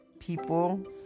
People